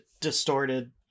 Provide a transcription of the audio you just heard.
distorted